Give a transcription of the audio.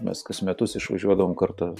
mes kas metus išvažiuodavom kartu